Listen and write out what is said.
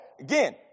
Again